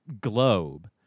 globe